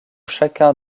chacun